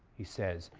he says,